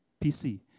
PC